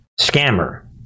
scammer